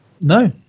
no